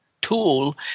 tool